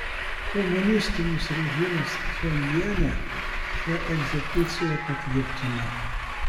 komunistinis režimas pchenjane šią egzekuciją patvirtino